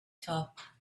top